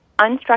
unstructured